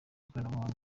ikoranabuhanga